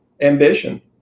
ambition